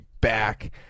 back